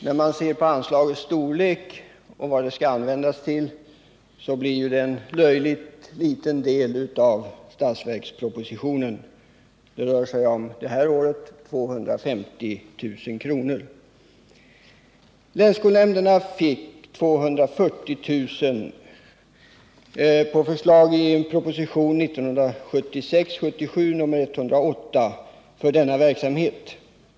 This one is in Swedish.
När man ser på anslagets storlek och vad det skall användas till finner man att det är en löjligt liten del av statsverkspropositionen — det rör sig under innevarande år om 250 000 kr. Länsskolnämnderna fick enligt förslag i propositionen 1976/77:108 för denna verksamhet 240 000 kr.